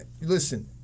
listen